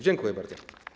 Dziękuję bardzo.